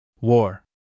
War